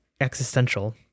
existential